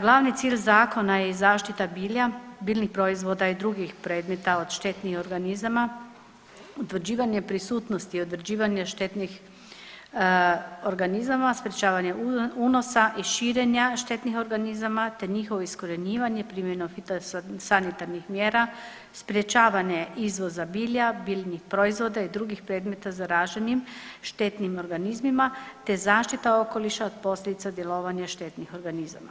glavni cilj zakona i zaštita bilja, biljnih proizvoda i drugih predmeta od štetnih organizama, utvrđivanje prisutnosti i utvrđivanje štetnih organizama, sprečavanje unosa i širenja štetnih organizama te njihovih iskorjenjivanje primjena fitosanitarnih mjera, sprječavanje izvoza bilja, biljnih proizvoda i drugih predmeta zaraženim štetnim organizmima te zaštita okoliša od posljedica djelovanja štetnih organizama.